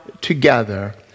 together